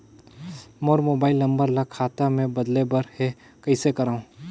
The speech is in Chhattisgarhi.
मोर मोबाइल नंबर ल खाता मे बदले बर हे कइसे करव?